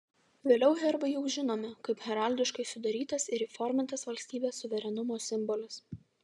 vėliau herbai jau žinomi kaip heraldiškai sudarytas ir įformintas valstybės suverenumo simbolis